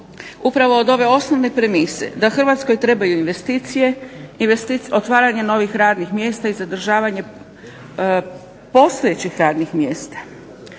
upravo od ove osnovne premise da Hrvatskoj trebaju investicije, otvaranje novih radnih mjesta i zadržavanje postojećih radnih mjesta.